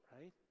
Right